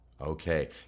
okay